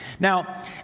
Now